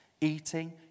eating